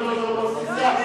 שקט.